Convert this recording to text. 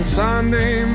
sunday